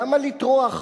למה לטרוח?